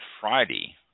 Friday